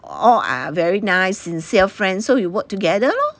all are very nice sincere friends so we work together lor